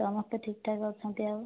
ସମସ୍ତେ ଠିକ୍ ଠାକ୍ ଅଛନ୍ତି ଆଉ